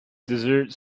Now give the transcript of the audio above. dessert